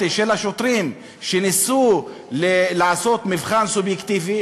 של השוטרים שניסו לעשות מבחן סובייקטיבי,